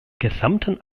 gesamten